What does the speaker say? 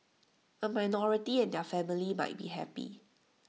A minority and their family might be happy